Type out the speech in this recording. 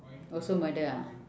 also murder ah